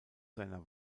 seiner